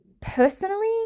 personally